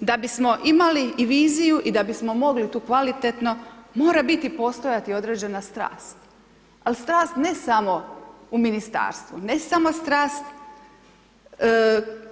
Da bismo imali i viziju i da bismo mogli tu kvalitetno, morat biti, postojati određena strast, al strast ne samo u Ministarstvu, ne samo strast